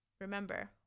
remember